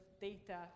data